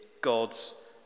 God's